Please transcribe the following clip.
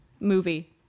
movie